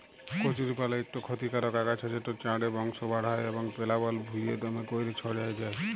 কচুরিপালা ইকট খতিকারক আগাছা যেট চাঁড়ে বংশ বাঢ়হায় এবং পেলাবল ভুঁইয়ে দ্যমে ক্যইরে ছইড়াই যায়